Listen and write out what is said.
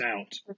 out